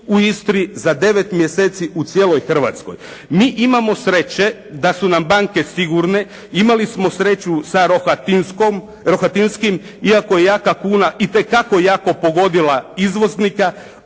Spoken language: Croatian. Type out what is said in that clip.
u Istri, za 9 mjeseci u cijeloj Hrvatskoj. Mi imamo sreće da su nam banke sigurne, imali smo sreću sa Rohatinskim iako je jaka kuna itekako jako pogodila izvoznike,